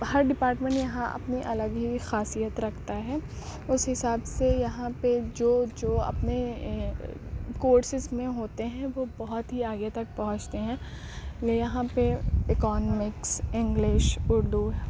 ہر department یہاں اپنی الگ ہی خاصیت رکھتا ہے اس حساب سے یہاں پہ جو جو اپنے کورسز میں ہوتے ہیں وہ بہت ہی آگے تک پہنچتے ہیں میں یہاں پہ اکنامکس انگلش اردو